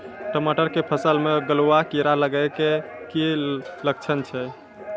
टमाटर के फसल मे गलुआ कीड़ा लगे के की लक्छण छै